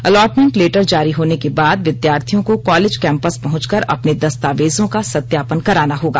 allotment letter जारी होने के बाद विद्यार्थियों को कालेज कैंपस पहुंचकर अपने दस्तावेजों का सत्यापन कराना होगा